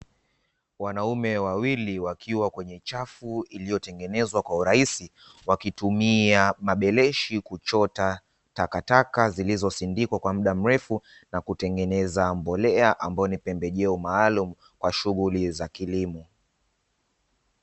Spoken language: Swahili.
Wanaume wawili wakiwa kwenye chafu iliyotengenezwa kwa urahisi, wakitumia mabeleshi kuchota takataka zilizosindikwa kwa muda mrefu na kutengeneza mbolea, ambayo ni pembejeo maalumu kwa shughuli za kilimo.